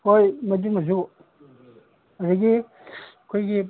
ꯍꯣꯏ ꯃꯗꯨꯃꯁꯨ ꯑꯗꯒꯤ ꯑꯩꯈꯣꯏꯒꯤ